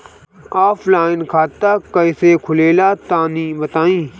Offline खाता कइसे खुलेला तनि बताईं?